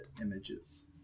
images